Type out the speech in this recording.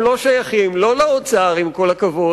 הם לא שייכים לא לאוצר, עם כל הכבוד,